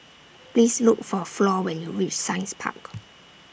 Please Look For Flor when YOU REACH Science Park